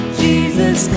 jesus